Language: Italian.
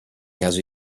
caso